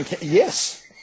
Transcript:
Yes